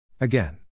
Again